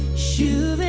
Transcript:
she